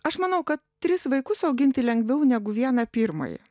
aš manau kad tris vaikus auginti lengviau negu vieną pirmąjį